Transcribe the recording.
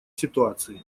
ситуации